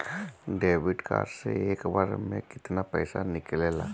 Debit card से एक बार मे केतना पैसा निकले ला?